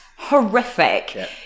Horrific